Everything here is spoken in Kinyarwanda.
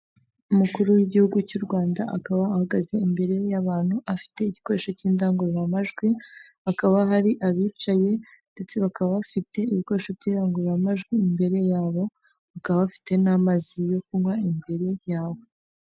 Umukuru w'igihugu cy'uRwanda akaba ahagaze imbere y'abantu, afite igikoresho cy'indangururamajwi, hakaba hari abicaye ndetse bakaba bafite ibikoresho by'indangururamajwi imbere yabo, bakaba bafite n'amazi yo kunywa imbere yabo.